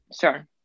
Sure